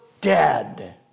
dead